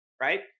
right